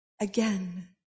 again